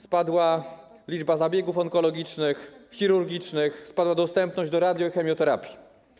Spadła liczba zabiegów onkologicznych, chirurgicznych, spadła dostępność do radio- i chemioterapii.